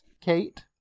Kate